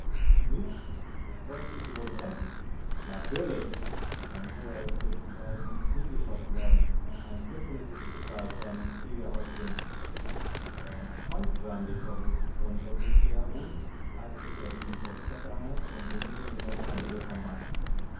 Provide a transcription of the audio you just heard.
nicht wollen sich die roten rächen natürlich tangua ist durch beide knie geschossen worden ein fürchterliches schicksal für einen kriegshäuptling er schäumt förmlich vor wut und wird nicht eher ruhen als bis er diesen old shatterhand und winnetou in seine hände bekommen hat